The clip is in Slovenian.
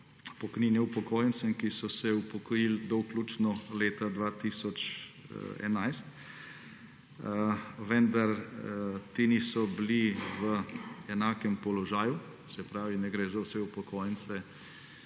pokojnine upokojencem, ki so se upokojil do vključno leta 2011, vendar ti niso bili v enakem položaju, se pravi, da ne gre pri vseh upokojencih